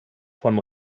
von